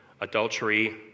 adultery